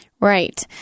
Right